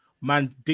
man